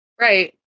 Right